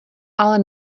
ale